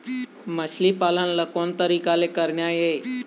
मछली पालन ला कोन तरीका ले करना ये?